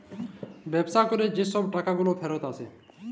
ব্যবসা ক্যরে যে ছব টাকাগুলা ফিরত আসে